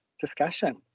discussion